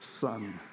son